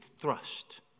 thrust